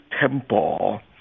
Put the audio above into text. temple